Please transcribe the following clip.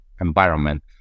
environment